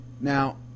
Now